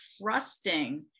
trusting